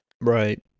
Right